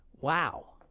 Wow